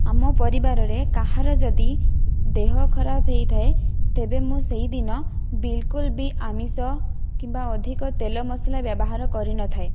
ଆମ ପରିବାରରେ କାହାର ଯଦି ଦେହ ଖରାପ ହୋଇଥାଏ ତେବେ ମୁଁ ସେହିଦିନ ବିଲକୁଲ ବି ଆମିଷ କିମ୍ବା ଅଧିକ ତେଲ ମସଲା ବ୍ୟବହାର କରିନଥାଏ